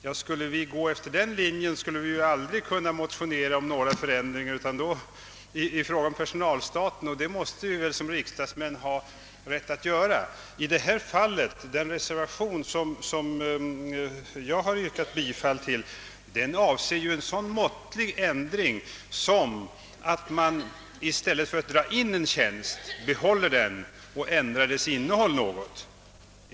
Men skulle vi följa den linjen skulle vi ju aldrig kunna motionera om några förändringar i personalstater, och det måste vi väl ändå som riksdagsmän ha rätt att göra. Den reservation som jag yrkat bifall till avser en så måttlig ändring som att man i stället för att dra in en tjänst behåller den men ändrar tjänsteuppgifterna något.